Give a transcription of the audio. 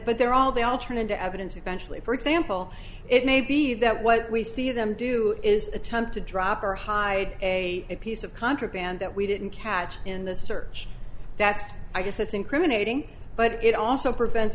but they're all they all turn into evidence eventually for example it may be that what we see them do is attempt to drop or hide a piece of contraband that we didn't catch in the search that's i guess that's incriminating but it also prevent